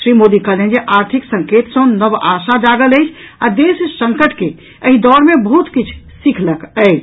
श्री मोदी कहलनि जे आर्थिक संकेत सँ नव आशा जागल अछि आ देश संकट के एहि दौर मे बहुत किछू सिखलक अछि